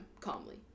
calmly